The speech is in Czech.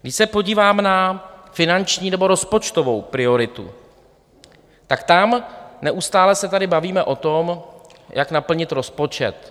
Když se podívám na finanční nebo rozpočtovou prioritu, tak tam neustále se tady bavíme o tom, jak naplnit rozpočet.